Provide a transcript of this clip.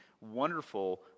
wonderful